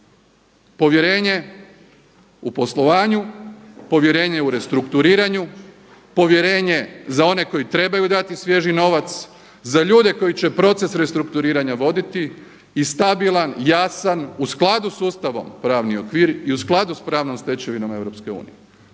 Povjerenje u poslovanju, povjerenje u restrukturiranju, povjerenje za one koji trebaju dati svježi novac, za ljude koji će proces restrukturiranja voditi i stabilan, jasan u skladu s Ustavom pravni okvir i u skladu s pravnom stečevinom EU,